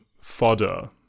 fodder